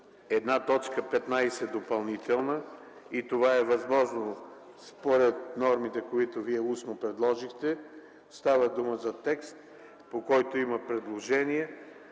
една допълнителна точка 15 и това е възможно според нормите, които Вие устно предложихте. Става дума за текст, по който има предложение